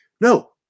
No